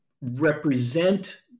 represent